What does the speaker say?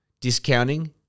discounting